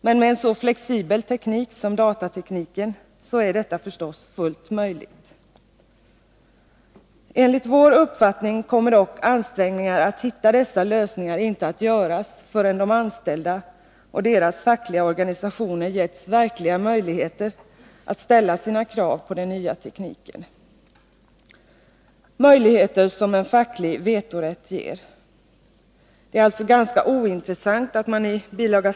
Men med en så flexibel teknik som datatekniken är detta förstås fullt möjligt. Enligt vår uppfattning kommer dock ansträngningar för att hitta dessa lösningar inte att göras förrän de anställda och deras fackliga organisationer getts verkliga möjligheter att ställa sina krav på den nya tekniken, möjligheter som en facklig vetorätt ger. Det är alltså ganska ointressant att man i bil.